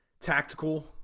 tactical